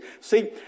See